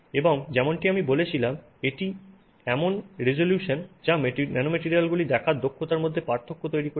এবং যেমনটি আমি বলেছিলাম যে এটি এমন রেজোলিউশন যা ন্যানোম্যাটরিয়ালগুলি দেখার দক্ষতার মধ্যে পার্থক্য তৈরি করেছে